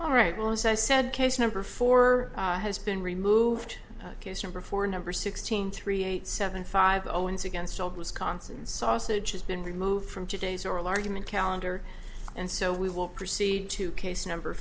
all right well as i said case number four has been removed case number four number sixteen three eight seven five zero ins against old wisconsin sausage has been removed from today's oral argument calendar and so we will proceed to case number